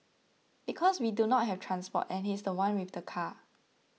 because we do not have transport and he's the one with the car